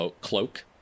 cloak